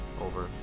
over